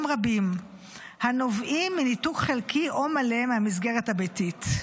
רבים הנובעים מניתוק חלקי או מלא מהמסגרת הביתית.